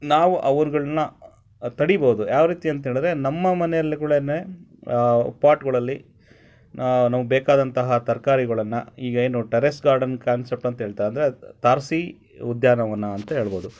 ನಾವು ಅವರುಗಳ್ನ ತಡೀಬೋದು ಯಾವ ರೀತಿ ಅಂತ ಹೇಳಿದ್ರೆ ನಮ್ಮ ಮನೆಯಲ್ಗಳೇನೆ ಪಾಟ್ಗಳಲ್ಲಿ ನಾ ನಮಗೆ ಬೇಕಾದಂತಹ ತರಕಾರಿಗಳನ್ನ ಈಗ ಏನು ಟರೇಸ್ ಗಾರ್ಡನ್ ಕಾನ್ಸೆಪ್ಟ್ ಅಂತ ಹೇಳ್ತಾ ಅಂದರೆ ತಾರಸಿ ಉದ್ಯಾನವನ ಅಂತ ಹೇಳ್ಬೋದು